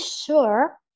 sure